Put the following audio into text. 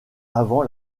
avant